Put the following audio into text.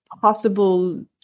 possible